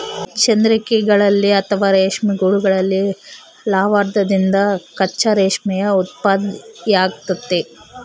ಚಂದ್ರಿಕೆಗಳಲ್ಲಿ ಅಥವಾ ರೇಷ್ಮೆ ಗೂಡುಗಳಲ್ಲಿ ಲಾರ್ವಾದಿಂದ ಕಚ್ಚಾ ರೇಷ್ಮೆಯ ಉತ್ಪತ್ತಿಯಾಗ್ತತೆ